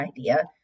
idea